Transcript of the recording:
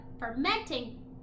fermenting